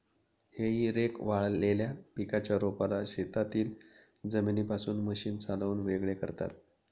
हेई रेक वाळलेल्या पिकाच्या रोपाला शेतातील जमिनीपासून मशीन चालवून वेगळे करतात